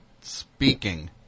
speaking